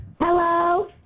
Hello